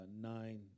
nine